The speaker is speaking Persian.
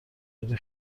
داری